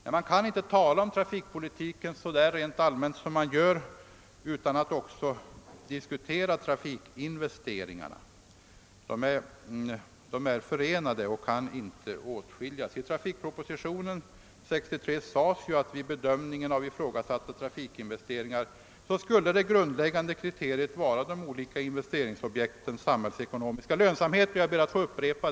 Det är enligt min mening viktigt att samtidigt därmed också diskutera trafikinvesteringarna. Det går inte att diskutera trafikpolitik utan att samtidigt ta upp trafikinvesteringarna. Här kommer vi på nytt tillbaka till att det när det gäller trafikinvesteringarna är en fråga om investeringsobjektens =:samhällsekonomiska lönsamhet.